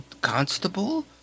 constable